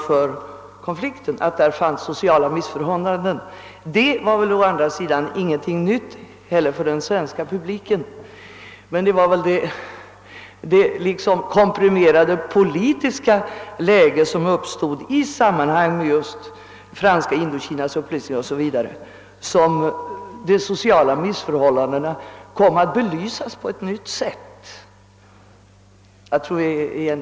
Men att det fanns sociala missförhållanden är väl inte något nytt heller för den svenska publiken. Konfliktorsaken var väl just det komprimerade politiska läge som uppstod i samband med Franska Indokinas upplösning och varigenom de sociala missförhållandena kom att belysas på ett nytt sätt. Jag tror att vi i sak är överens.